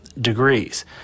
degrees